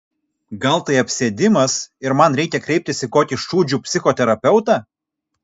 gal tai apsėdimas ir man reikia kreiptis į kokį šūdžių psichoterapeutą